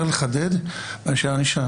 יותר לחדד מאשר ענישה.